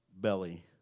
belly